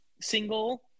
single